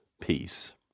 peace